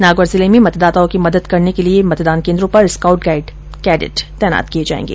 नागौर जिले में मतदाताओं की मदद करने के लिए मतदान केन्द्रो पर स्काउट गाइड कैडेट तैनात किए जाएंगे